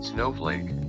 Snowflake